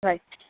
right